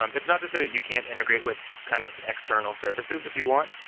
um it's not to say that you can't integrate with kind of external services if you want,